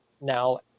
now